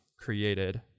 created